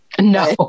No